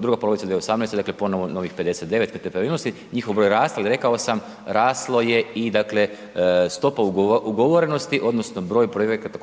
druga polovica 2018., dakle, ponovo novih 59 nepravilnosti, njihov …/Govornik se ne razumije/…rekao sam raslo je i dakle, stopa ugovorenosti odnosno broj projekata